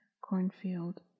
cornfield